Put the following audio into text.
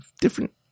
different